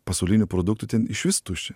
pasaulinių produktų ten išvis tuščia